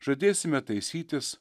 žadėsime taisytis